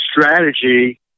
strategy